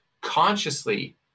consciously